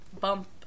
bump